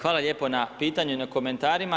Hvala lijepo na pitanju, na komentarima.